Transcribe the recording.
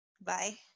Bye